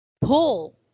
pull